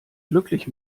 glücklich